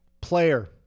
player